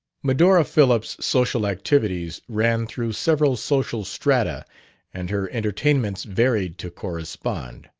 medora phillips' social activities ran through several social strata and her entertainments varied to correspond.